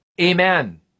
amen